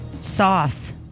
Sauce